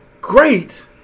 great